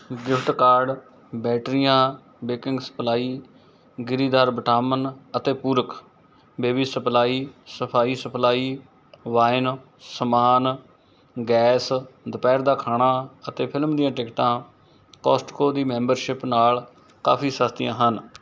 gift card ਬੈਟਰੀਆਂ baking supply ਗਿਰੀਦਾਰ vitamin ਅਤੇ ਪੂਰਕ ਬੇਬੀ ਸਪਲਾਈ ਸਫ਼ਾਈ ਸਪਲਾਈ ਵਾਈਨ ਸਮਾਨ ਗੈਸ ਦੁਪਹਿਰ ਦਾ ਖਾਣਾ ਅਤੇ ਫ਼ਿਲਮ ਦੀਆਂ ਟਿਕਟਾਂ ਕੌਸਟਕੋ ਦੀ ਮੈਂਬਰਸ਼ਿਪ ਨਾਲ ਕਾਫੀ ਸਸਤੀਆਂ ਹਨ